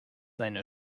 eine